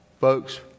Folks